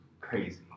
crazy